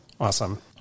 Awesome